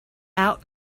out